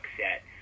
set